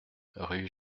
rue